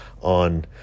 on